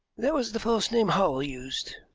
that was the false name hall used.